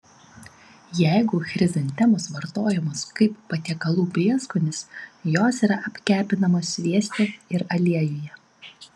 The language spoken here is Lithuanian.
jeigu chrizantemos vartojamos kaip patiekalų prieskonis jos yra apkepinamos svieste ir aliejuje